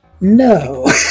No